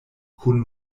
kun